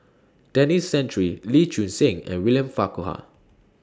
Denis Santry Lee Choon Seng and William Farquhar